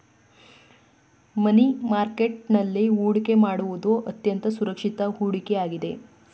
ಮನಿ market ನಲ್ಲಿ ಹೊಡಿಕೆ ಮಾಡುವುದು ಅತ್ಯಂತ ಸುರಕ್ಷಿತ ಹೂಡಿಕೆ ಆಗಿದೆ